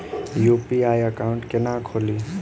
UPI account केना खोलि?